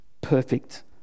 perfect